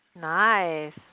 Nice